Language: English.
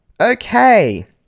Okay